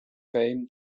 fame